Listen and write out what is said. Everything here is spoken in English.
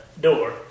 door